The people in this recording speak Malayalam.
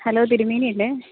ഹലോ തിരുമേനി അല്ലേ